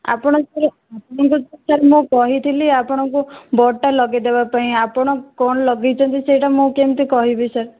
ଆପଣଙ୍କର ଆପଣଙ୍କୁ ଟୋଟାଲ ମୁଁ କହିଥିଲି ଆପଣଙ୍କୁ ବୋର୍ଡ଼ଟା ଲଗେଇଦେବା ପାଇଁ ଆପଣ କଣ ଲଗେଇଛନ୍ତି ସେଇଟା ମୁଁ କେମିତି କହିବି ସାର୍